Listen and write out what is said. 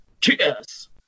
Cheers